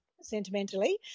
sentimentally